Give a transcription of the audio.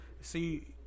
See